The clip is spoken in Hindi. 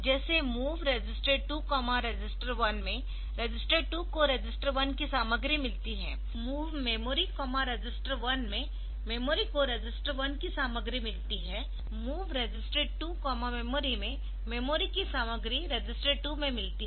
जैसे MOV रजिस्टर 2 रजिस्टर 1 में रजिस्टर 2 को रजिस्टर 1 की सामग्री मिलती है MOV मेमोरी रजिस्टर 1 में मेमोरी को रजिस्टर 1 की सामग्री मिलती है MOV रजिस्टर 2 मेमोरी में मेमोरी की सामग्री रजिस्टर 2 में मिलती है